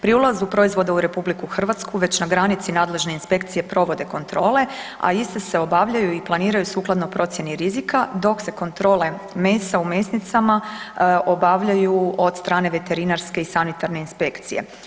Pri ulazu proizvoda u RH već na granici nadležne inspekcije provode kontrole, a iste se obavljaju i planiraju sukladno procjeni rizika, dok se kontrole mesa u mesnicama obavljaju od strane veterinarske i sanitarne inspekcije.